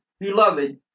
Beloved